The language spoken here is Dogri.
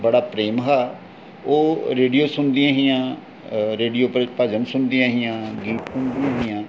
बड़ा प्रेम हा ओह् रेडियो सुनदियां हियां रेडियो पर भजन सुनदियां हियां गीत सुनदियां हियां